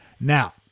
Now